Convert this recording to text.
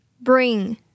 Bring